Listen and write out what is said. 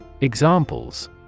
Examples